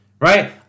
right